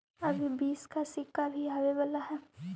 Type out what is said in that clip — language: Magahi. अभी बीस का सिक्का भी आवे वाला हई